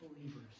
believers